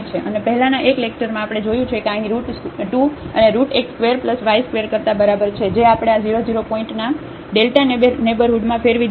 અને પહેલાનાં એક લેક્ચરમાં આપણે જોયું છે કે આ અહીં રુટ 2 અને રુટ x ² y ² કરતા બરાબર છે જે આપણે આ 0 0 પોઇન્ટના Δ નેઇબરહુડમાં ફેરવી દીધું છે